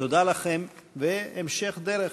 תודה לכם, והמשך דרך